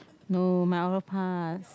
no my auto pass